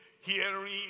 hearing